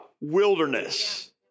wilderness